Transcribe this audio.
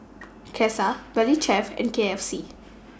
Cesar Valley Chef and K F C